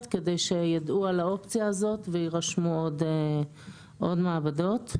כדי שידעו על האופציה הזאת ויירשמו עוד מעבדות.